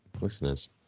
listeners